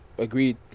agreed